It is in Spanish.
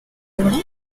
obra